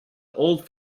old